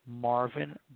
Marvin